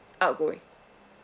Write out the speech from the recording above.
outgoing